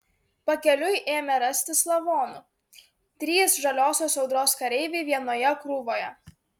pakeliui ėmė rastis lavonų trys žaliosios audros kareiviai vienoje krūvoje